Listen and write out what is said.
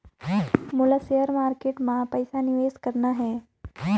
मोला share market मां पइसा निवेश करना हे?